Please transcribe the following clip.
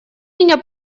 меня